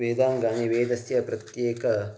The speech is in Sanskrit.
वेदाङ्गानि वेदस्य प्रत्येकं